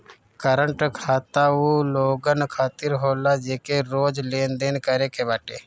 current खाता उ लोगन खातिर होला जेके रोज लेनदेन करे के बाटे